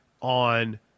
on